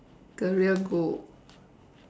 career goal